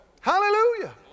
Hallelujah